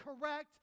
correct